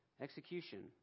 execution